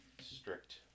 strict